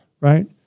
right